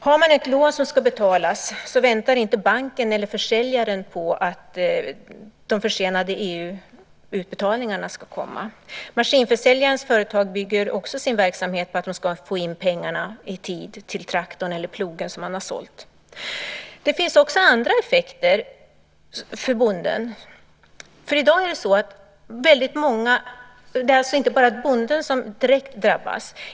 Har man ett lån som ska betalas väntar inte banken eller försäljaren på att de försenade EU-utbetalningarna ska komma. Maskinförsäljarnas företag bygger också sin verksamhet på att de ska få in pengarna i tid för traktorn eller plogen som man har sålt. Det finns också andra effekter för bonden, och det är inte bara bonden som direkt drabbas.